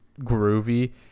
groovy